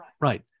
right